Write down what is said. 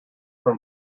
from